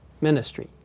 ministry